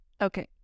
Okay